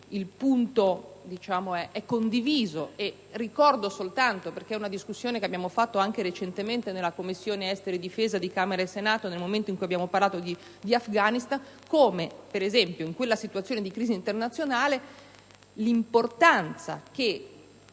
il punto è condiviso, e ricordo soltanto (perché è una discussione che abbiamo fatto, anche recentemente, nelle Commissioni esteri e difesa di Camera e Senato: nel momento in cui abbiamo parlato di Afghanistan, ad esempio), nell'attuale situazione di crisi internazionale, l'importanza che